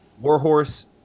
Warhorse